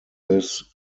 this